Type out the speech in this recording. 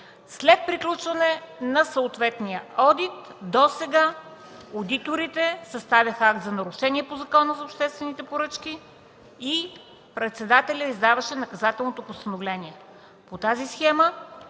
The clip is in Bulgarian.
След приключване на съответния одит досега одиторите съставяха акт за нарушение по Закона за обществените поръчки и председателят издаваше наказателното постановление. По тази схема